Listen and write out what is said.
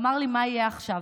ואמר לי: מה יהיה עכשיו?